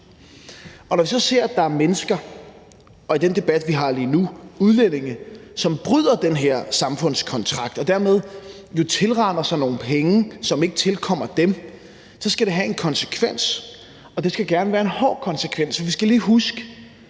Når vi så ser, at der er mennesker og – i den debat, vi har lige nu – udlændinge, som bryder den her samfundskontrakt og dermed jo tilraner sig nogle penge, som ikke tilkommer dem, så skal det have en konsekvens, og det skal gerne være en hård konsekvens. Vi skal lige huske,